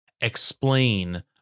explain